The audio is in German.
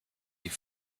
wie